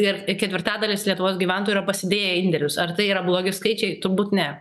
ir ketvirtadalis lietuvos gyventojų yra pasidėję indėlius ar tai yra blogi skaičiai turbūt ne